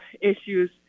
issues